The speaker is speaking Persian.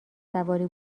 سواری